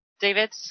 david